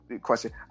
question